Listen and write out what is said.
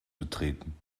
betreten